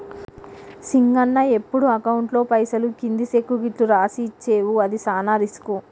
సింగన్న ఎప్పుడు అకౌంట్లో పైసలు కింది సెక్కు గిట్లు రాసి ఇచ్చేవు అది సాన రిస్కు